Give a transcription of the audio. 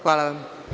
Hvala.